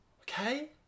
Okay